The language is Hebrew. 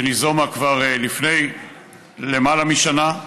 שיזמנו כבר לפני למעלה משנה,